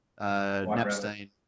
Napstein